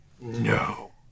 no